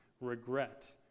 regret